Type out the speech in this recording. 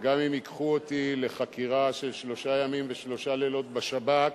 שגם אם ייקחו אותי לחקירה של שלושה ימים ושלושה לילות בשב"כ,